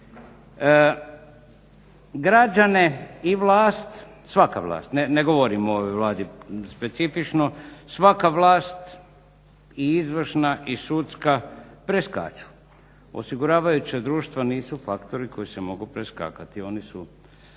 Građane i vlast, svaka vlast ne govorim o ovoj Vladi specifično, svaka vlast i izvršna i sudska preskaču. Osiguravajuća društva nisu faktori koji se mogu preskakati, oni su